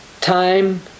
time